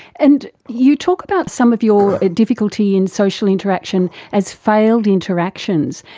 and you talk about some of your difficulty in social interaction as failed interactions.